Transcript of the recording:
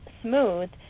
smooth